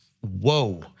Whoa